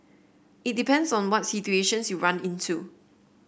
it depends on what situations you run into